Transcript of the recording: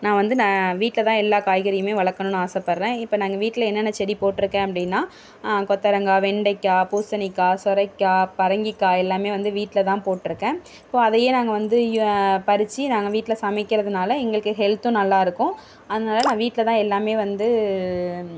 நான் வந்து நான் வீட்டில் தான் எல்லா காய்கறியுமே வளர்க்கணும்னு ஆசைப்படுறேன் இப்போ நாங்கள் வீட்டில் என்னென்ன செடி போட்டுருக்கேன் அப்படின்னா கொத்தரங்காய் வெண்டைக்காய் பூசணிக்காய் சொரைக்காய் பரங்கிக்காய் எல்லாமே வந்து வீட்டில் தான் போட்டுருக்கேன் இப்போ அதையே நாங்கள் வந்து ஏ பறிச்சு நாங்கள் வீட்டில் சமைக்கிறதுனாலும் எங்களுக்கு ஹெல்த்தும் நல்லாருக்கும் அதனால் நான் வீட்டில் தான் எல்லாமே வந்து